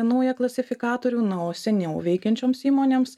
naują klasifikatorių na o seniau veikiančioms įmonėms